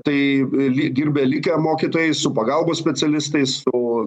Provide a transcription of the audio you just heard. tai li dirbę likę mokytojai su pagalbos specialistais su